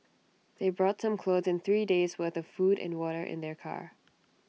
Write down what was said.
they brought some clothes and three days' worth of food and water in their car